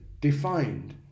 defined